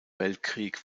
weltkrieg